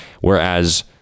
whereas